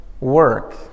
work